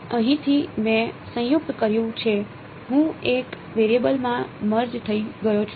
તેથી અહીંથી મેં સંયુક્ત કર્યું છે હું એક વેરિયેબલ માં મર્જ થઈ ગયો છું